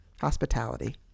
hospitality